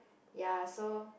ya so